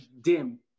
dim